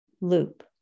loop